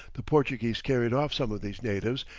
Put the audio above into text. the portuguese carried off some of these natives,